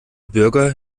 bürger